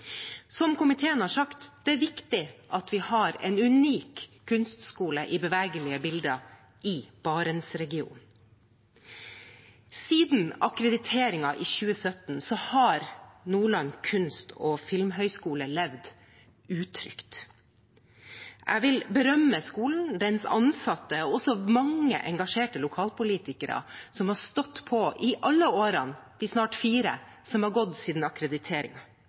Som komiteen har sagt, er det viktig at vi har en unik kunstskole i bevegelige bilder i Barentsregionen. Siden akkrediteringen i 2017 har Nordland kunst- og filmhøgskole levd utrygt. Jeg vil berømme skolen, dens ansatte og også mange engasjerte lokalpolitikere, som har stått på i alle årene – de snart fire – som har gått siden